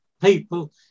people